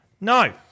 no